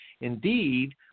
Indeed